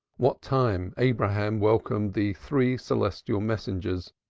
what time abraham welcomed the three celestial messengers,